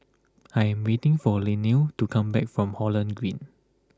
I am waiting for Linnea to come back from Holland Green